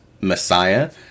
Messiah